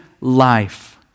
life